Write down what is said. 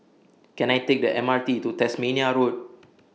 Can I Take The M R T to Tasmania Road